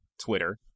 Twitter